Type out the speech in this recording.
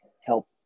help